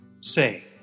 Say